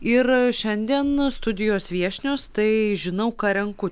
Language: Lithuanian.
ir šiandien studijos viešnios tai žinau ką renku